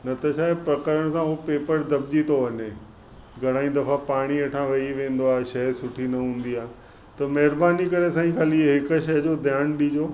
न त छा आहे पकिरण सां उहो पेपर दॿिजी थो वञे घणाई दफ़ा पाणी हेठां वई वेंदो आहे शइ सुठी न हूंदी आहे त महिरबानी करे साईं ख़ाली इहे हिकु शइ जो ध्यानु ॾिजो